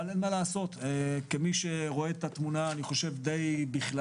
אבל כמי שרואה את התמונה בכללה,